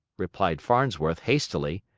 replied farnsworth, hastily.